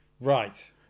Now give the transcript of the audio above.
Right